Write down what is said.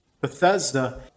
Bethesda